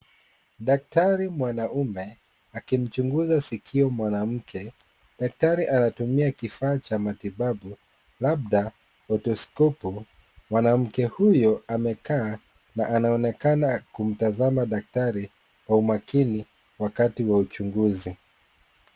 Daktari mwanaume akimchunguza sikio mwanamke. Daktari anatumia kifaa cha matibabu labda otoskopu. Mwanamke huyo amekaa na anaonekana kumtazama daktari kwa makini wakati wa uchunguzi.